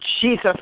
Jesus